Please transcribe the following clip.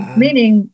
meaning